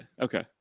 okay